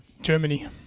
Germany